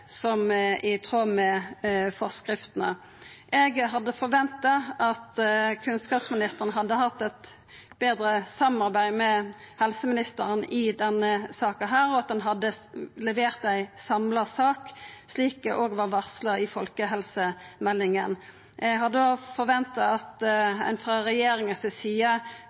som er i tråd med forskriftene. Eg hadde venta at kunnskapsministeren hadde hatt eit betre samarbeid med helseministeren i denne saka, og at ein hadde levert ei samla sak, slik det var varsla i folkehelsemeldinga. Eg hadde òg venta at ein frå regjeringa si side